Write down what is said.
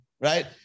right